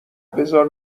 بزار